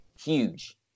huge